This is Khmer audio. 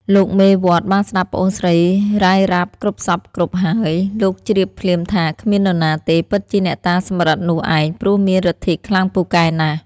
លោកមេវត្តបានស្ដាប់ប្អូនស្រីរាយរាប់គ្រប់សព្វគ្រប់ហើយ លោកជ្រាបភ្លាមថា គ្មាននរណាទេ ពិតជាអ្នកតាសំរឹទ្ធិនោះឯង ព្រោះមានឫទ្ធិខ្លាំងពូកែណាស់ ។